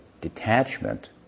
detachment